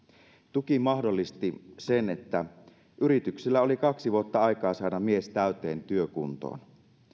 tuki mahdollisti sen että yrityksellä oli kaksi vuotta aikaa saada mies täyteen työkuntoon